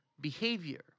behavior